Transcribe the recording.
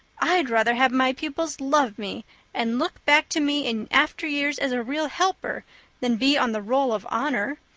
i'd rather have my pupils love me and look back to me in after years as a real helper than be on the roll of honor,